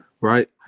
Right